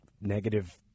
negative